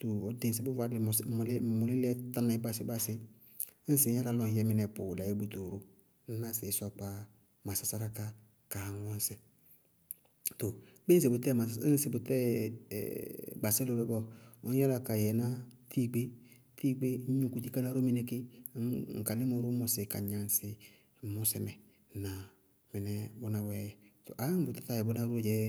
Tɔɔ ɔɔ ɖñŋsí bʋ vʋ dɩɩ mɔsí mɩlí-mɩlílɛɛ tá ní báasé báasé. Ñŋsɩ ŋ yála lɔ ŋ yɛ mɩnɛ bʋʋlɛ ayé bʋtooro, ŋñná sí ɩsɔɔ kpáa masásárá ká, kaá ŋɔñsɩ. Too kpiñŋsɩ bʋtɛɛ mɔsí ñŋsɩ bʋtɛɛ gbasʋlʋlɔɔ bɔɔ, ŋñ yála ka yɛ ná tiigbé tiigbé ññ nukuti káná ró mɩnɛ ké, ka límɔ ró ññ mɔsɩ ka gnaŋsɩ ŋ mɔsɛ mɛ ŋnáa? Ñŋ ɩñŋ bʋ na wɛ too ayé bʋ tátáa yɛ bʋná róó dzɛɛ,